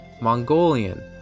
Mongolian